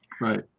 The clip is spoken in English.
Right